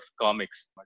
comics